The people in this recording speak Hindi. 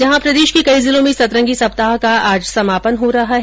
जहां प्रदेश के कई जिलों में सतरंगी सप्ताह का आज समापन हो रहा है